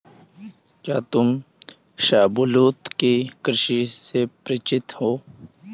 क्या तुम शाहबलूत की कृषि से परिचित हो?